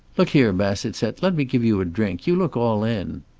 look here, bassett said, let me give you a drink. you look all in.